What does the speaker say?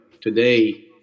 today